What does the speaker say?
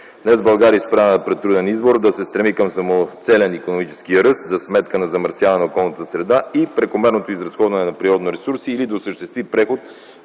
Днес България е изправена пред труден избор: дали да се стреми към самоцелен икономически ръст за сметка на замърсяване на околната среда и прекомерното изразходване на природни ресурси, или да осъществи преход